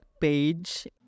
page